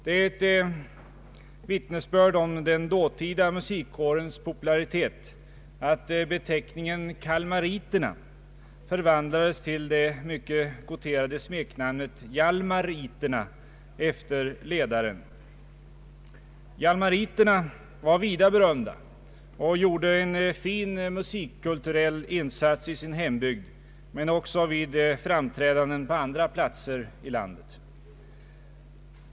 Det är ett vittnesbörd om den dåtida musikkårens popularitet att beteckningen ”kalmariterna” förvandlades till det mycket gouterade smeknamnet ”hjalmariterna” — efter ledaren. ”Hjalmariterna” var vida berömda och gjorde en fin musikkulturell insats i sin hembygd men också vid framträdanden på andra platser i landet.